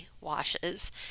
washes